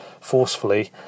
forcefully